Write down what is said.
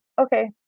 Okay